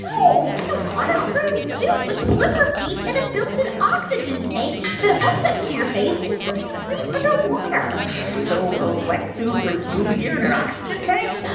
no, it's a waterproof suit with flipper feet and a built-in oxygen tank that hooks up to your face and helps you breathe underwater so a wetsuit with scuba gear and an oxygen tank?